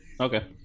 Okay